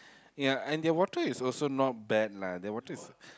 ya and the water is also not bad lah the water is